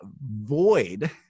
void